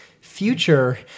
future